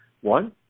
One